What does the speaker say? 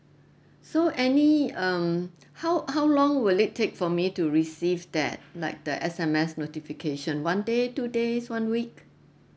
so any um how how long will it take for me to receive that like the S_M_S notication one day two days one week